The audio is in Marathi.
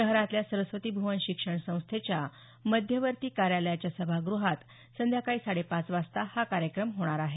शहरातल्या सरस्वती भूवन शिक्षण संस्थेच्या मध्यवर्ती कार्यालयाच्या सभागृहात आज संध्याकाळी साडे पाच वाजता हा कार्यक्रम होणार आहे